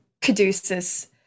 Caduceus